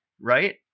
right